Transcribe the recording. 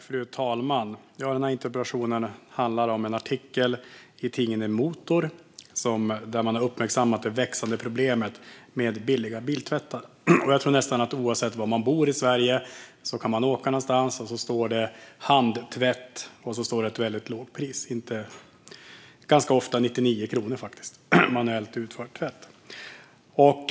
Fru talman! Denna interpellation handlar om en artikel i tidningen Motor där man har uppmärksammat det växande problemet med billiga biltvättar. Jag tror att man nästan oavsett var i Sverige man bor kan åka någonstans där det står "handtvätt" och ett väldigt lågt pris, ganska ofta 99 kronor för manuellt utförd tvätt.